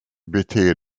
beter